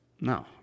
No